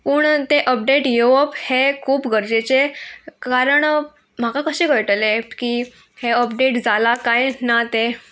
पूण तें अपडेट येवप हें खूब गरजेचें कारण म्हाका कशें कळटलें की हें अपडेट जालां कांय ना तें